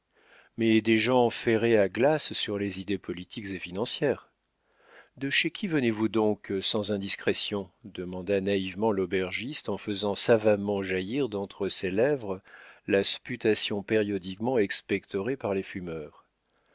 mais des gens ferrés à glace sur les idées politiques et financières de chez qui venez-vous donc sans indiscrétion demanda naïvement l'aubergiste en faisant savamment jaillir d'entre ses lèvres la sputation périodiquement expectorée par les fumeurs